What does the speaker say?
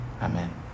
Amen